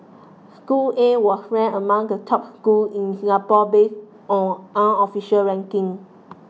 school A was ranked among the top schools in Singapore based on unofficial rankings